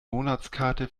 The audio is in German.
monatskarte